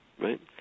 right